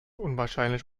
unwahrscheinlich